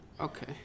Okay